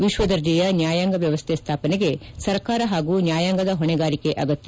ವಿಶ್ವದರ್ಜೆಯ ನ್ವಾಯಾಂಗ ವ್ಯವಸ್ಥೆ ಸ್ವಾಪನೆಗೆ ಸರ್ಕಾರ ಪಾಗೂ ನ್ನಾಯಾಂಗದ ಹೊಣೆಗಾರಿಕೆ ಆಗತ್ಯ